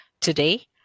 Today